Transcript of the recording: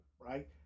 right